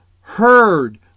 heard